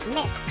Miss